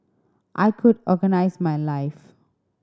I could organise my life